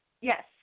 Yes